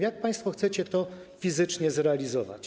Jak państwo chcecie to fizycznie zrealizować?